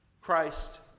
Christ